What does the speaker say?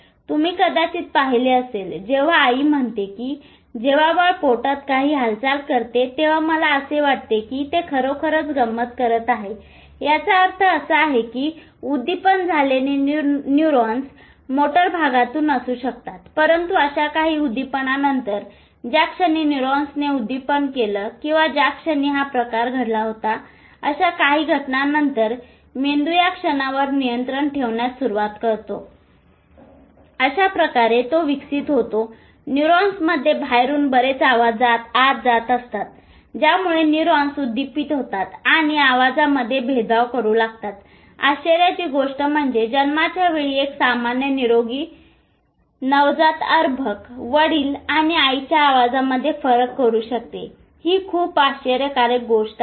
तुम्ही कदाचित पाहिले असेल जेव्हा आई म्हणते कि जेंव्हा बाळ पोटात कांही हालचाल करते तेव्हा मला असे वाटते कीते खरोखरच गंमत करत आहेत याचा अर्थ असा आहे की उद्दीपन झालेले न्यूरॉन्स मोटर भागातून असू शकतात परंतु अशा काही उद्दीपनानंतर ज्या क्षणी न्यूरॉन्सने उद्दीपन केल किंवा ज्या क्षणी हा प्रकार घडला होताअशा काही घटना नंतर मेंदू या क्षणावर नियंत्रण ठेवण्यास सुरुवात करतो अशा प्रकारे तो विकसित होतो न्यूरॉन्समध्ये बाहेरून बरेच आवाज आत जात असतात ज्यामुळे न्यूरॉन्स उद्दीपित होतात आणि आवाजामध्ये भेदभाव करू लागतात आश्चर्याची गोष्ट म्हणजे जन्माच्या वेळी एक सामान्य निरोगी नवजात अर्भक वडील आणि आईच्या आवाजामध्ये फरक करू शकते ही खूप आश्चर्यकारक गोष्ट आहे